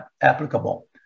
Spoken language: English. applicable